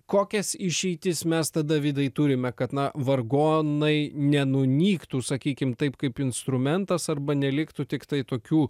kokias išeitis mes tada vidai turime kad na vargonai nenunyktų sakykim taip kaip instrumentas arba neliktų tiktai tokių